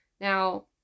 Now